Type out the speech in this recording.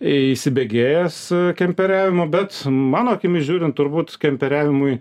įsibėgėjęs kemperiavimo bet mano akimis žiūrint turbūt kemperiavimui